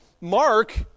Mark